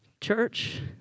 church